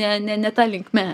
ne ne ne ta linkme